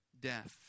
death